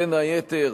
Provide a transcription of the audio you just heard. בין היתר,